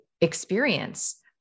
experience